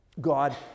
God